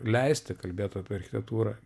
leisti kalbėt apie architektūrą